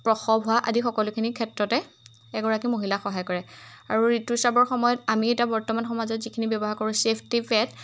প্ৰসৱ হোৱা আদি সকলোখিনি ক্ষেত্ৰতে এগৰাকী মহিলাক সহায় কৰে আৰু ঋতুস্ৰাৱৰ সময়ত আমি এতিয়া বৰ্তমান সমাজত যিখিনি ব্যৱহাৰ কৰোঁ চেফটি পেড